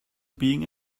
being